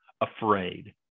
afraid